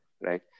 right